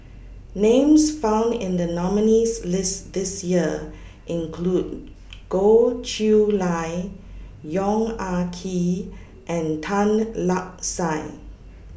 Names found in The nominees' list This Year include Goh Chiew Lye Yong Ah Kee and Tan Lark Sye